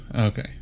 Okay